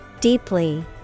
Deeply